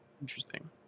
interesting